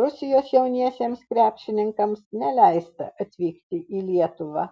rusijos jauniesiems krepšininkams neleista atvykti į lietuvą